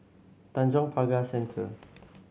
Tanjong Pagar Centre